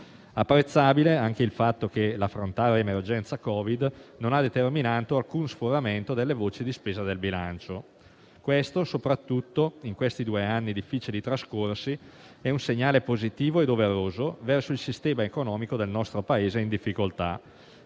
apprezzabile anche il fatto che il dover affrontare l'emergenza Covid non ha determinato alcun sforamento delle voci di spesa del bilancio, il che - soprattutto in questi due difficili anni trascorsi - è un segnale positivo e doveroso verso il sistema economico del nostro Paese in difficoltà,